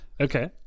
Okay